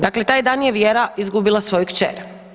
Dakle, taj dan je Vjera izgubila svoju kćer.